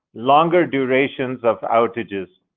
longer durations of outages.